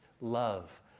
love